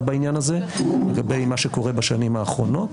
בעניין הזה לגבי מה שקורה בשנים האחרונות,